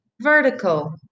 vertical